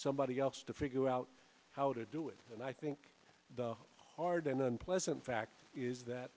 somebody else to figure out how to do it and i think the hard and unpleasant fact is that